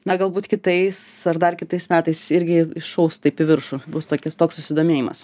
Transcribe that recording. na galbūt kitais ar dar kitais metais irgi šaus taip į viršų bus tokis toks susidomėjimas